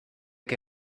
que